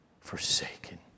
forsaken